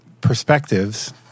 perspectives